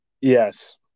Yes